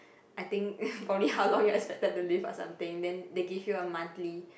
I think probably how long you are expected to live or something then they give you a monthly